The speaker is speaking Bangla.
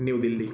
নিউ দিল্লি